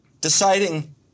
deciding